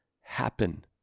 happen